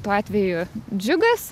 tuo atveju džiugas